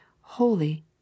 Holy